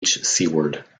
seward